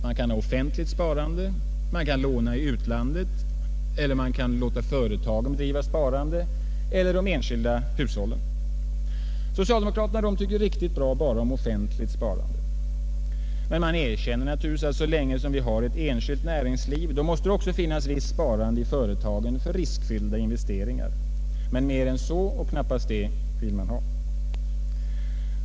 Man kan ha offentligt sparande, man kan låna i utlandet, man kan låta företagen bedriva sparande och man kan låta de enskilda hushållen spara. Socialdemokraterna tycker riktigt bra bara om offentligt sparande, men de erkänner naturligtvis att så länge som vi har ett enskilt näringsliv måste det också finnas visst sparande i företagen för riskfyllda investeringar. Men mer än så vill man inte ha och knappt det.